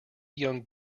young